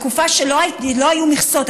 בתקופה שלא היו מכסות,